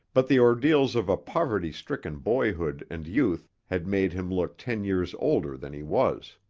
but the ordeals of a poverty-stricken boyhood and youth had made him look ten years older than he was.